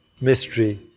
mystery